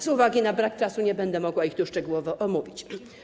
Z uwagi na brak czasu nie będę mogła ich tu szczegółowo omówić.